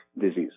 disease